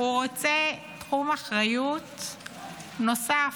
הוא רוצה תחום אחריות נוסף.